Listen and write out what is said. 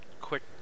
quick